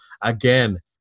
again